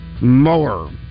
mower